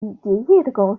公司